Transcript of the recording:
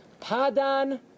Padan